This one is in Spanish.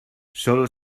sólo